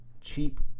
cheap